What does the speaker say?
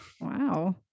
Wow